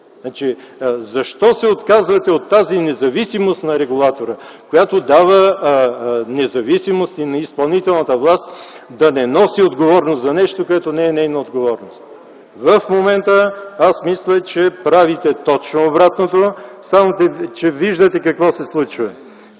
цената. Защо се отказвате от тази независимост на регулатора, която дава независимост и на изпълнителната власт, да не носи отговорност за нещо, което не е нейна отговорност? В момента аз мисля, че правите точно обратното, само че виждате какво се случва